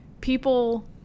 People